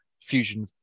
Fusion